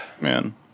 Man